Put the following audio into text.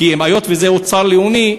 היות שזה אוצר לאומי,